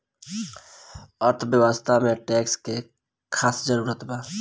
अर्थव्यवस्था में टैक्स के खास जरूरत बा